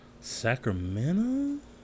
Sacramento